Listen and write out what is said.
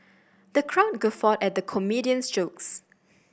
the crowd guffawed at the comedian's jokes